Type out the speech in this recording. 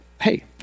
hey